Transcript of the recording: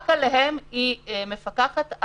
רק עליהם היא מפקחת.